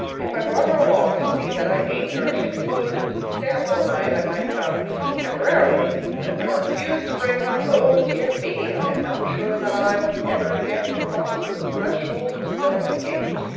if i brought her along to see that i ate nourishing food and didn't stay up all night, i might come temporarily but if i refused to bring her oh, dear me, i am not sure that i was ever again to cross the threshold of stone gate!